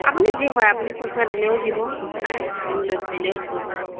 আপুনি যি কয় আপুনি পইচা দিলেও দিব পাৰে ধান দি দিলেও দিব পাৰে